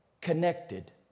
connected